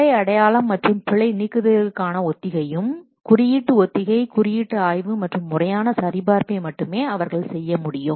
பிழை அடையாளம் மற்றும் பிழை நீக்குதலுக்கான ஒத்திகையும் குறியீட்டு ஒத்திகை குறியீட்டு ஆய்வு மற்றும் முறையான சரிபார்ப்பை மட்டுமே அவர்கள் செய்ய முடியும்